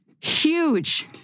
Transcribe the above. huge